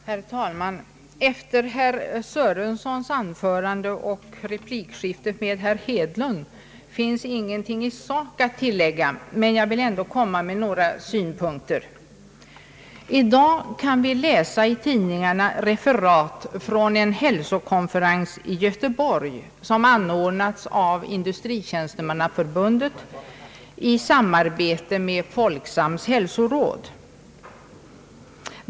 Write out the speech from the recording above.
Herr talman! Efter herr Sörensons anförande och replikskiftet med herr Hedlund finns ingenting i sak att tilllägga, men jag vill ändå framföra några synpunkter. I dag kan vi i tidningarna läsa referat från en hälsokonferens i Göteborg som anordnats av Industritjänstemannaförbundet i samarbete med Folksams hälsoråd.